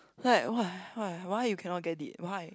like why why why you cannot get it why